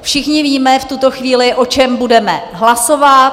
Všichni víme v tuto chvíli, o čem budeme hlasovat.